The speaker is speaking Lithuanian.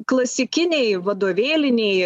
klasikiniai vadovėliniai